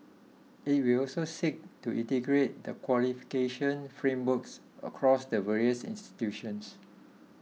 it will also seek to integrate the qualification frameworks across the various institutions